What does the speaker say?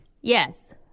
Yes